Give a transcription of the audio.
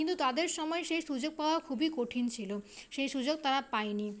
কিন্তু তাদের সময়ে সেই সুযোগ পাওয়া খুবই কঠিন ছিল সেই সুযোগ তারা পায়নি